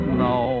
no